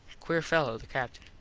queer fello the captin.